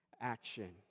action